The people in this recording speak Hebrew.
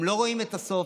הם לא רואים את הסוף.